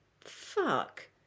Fuck